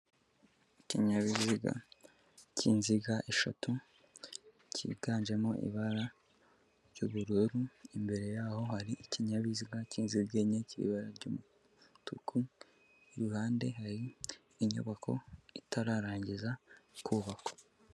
Ikinyabiziga cy'inziga eshatu kiganjemo ibara ry'ubururu, imbere yaho hari ikinyabiziga cy'inziga enye k'ibara ry'umutuku, iruhande hari inyubako itararangiza kubakwa.